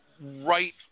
right